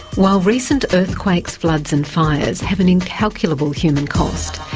while recent earthquakes, floods and fires have an incalculable human cost,